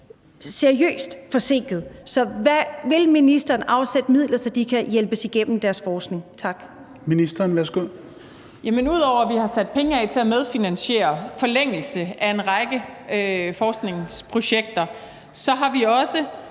seriøst forsinket. Så vil ministeren afsætte midler, så de kan hjælpes igennem deres forskning? Tak.